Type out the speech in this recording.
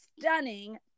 stunning